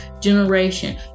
generation